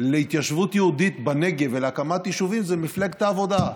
להתיישבות יהודית בנגב ולהקמת יישובים זה מפלגת העבודה.